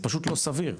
זה פשוט לא סביר,